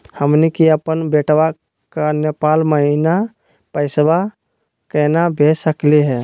हमनी के अपन बेटवा क नेपाल महिना पैसवा केना भेज सकली हे?